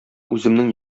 үземнең